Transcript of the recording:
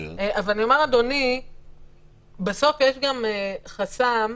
בסוף יש גם חסם,